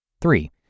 Three